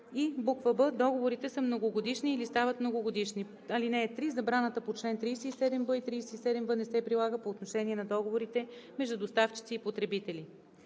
и б) договорите са многогодишни или стават многогодишни. (3) Забраните по чл. 37б и 37в не се прилагат по отношение на договорите между доставчици и потребители.